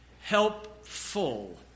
helpful